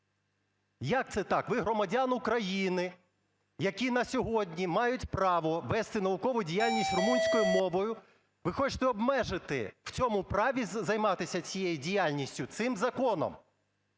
Як це так? Ви громадян України, які на сьогодні мають право вести наукову діяльність румунською мовою, ви хочете обмежити в цьому праві займатися цією діяльністю цим законом?